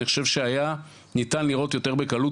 אני חושב שהיה ניתן לראות יותר בקלות